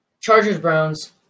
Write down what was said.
Chargers-Browns